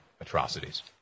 atrocities